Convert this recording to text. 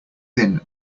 thin